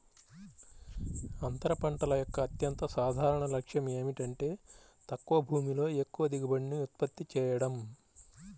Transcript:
అంతర పంటల యొక్క అత్యంత సాధారణ లక్ష్యం ఏమిటంటే తక్కువ భూమిలో ఎక్కువ దిగుబడిని ఉత్పత్తి చేయడం